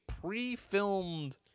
pre-filmed